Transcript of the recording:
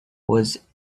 was